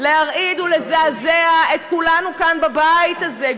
וזה אמור להרעיד ולזעזע את כולנו כאן בבית הזה,